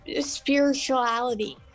spirituality